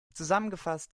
zusammengefasst